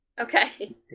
Okay